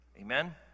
Amen